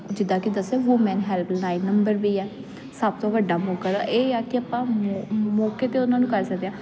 ਜਿੱਦਾਂ ਕਿ ਦੱਸਿਆ ਵੂਮੈਨ ਹੈਲਪ ਲਾਈਨ ਨੰਬਰ ਵੀ ਹੈ ਸਭ ਤੋਂ ਵੱਡਾ ਮੌਕਾ ਇਹ ਆ ਕਿ ਆਪਾਂ ਮੌਕੇ ਤੇ ਉਹਨਾਂ ਨੂੰ ਕਰ ਸਕਦੇ ਆ